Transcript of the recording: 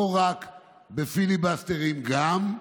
לא רק בפיליבסטרים, גם,